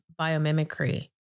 biomimicry